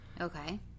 Okay